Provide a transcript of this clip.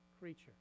creature